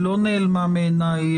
לא נעלמה מעיני,